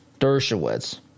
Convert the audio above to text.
Dershowitz